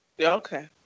Okay